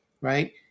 right